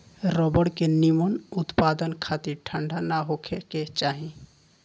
rubber के निमन उत्पदान खातिर ठंडा ना होखे के चाही